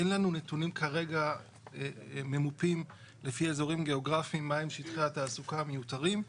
אין לנו נתונים כרגע לפי אזורים גיאוגרפיים מה שטחי התעסוקה המיוצרים.